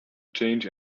change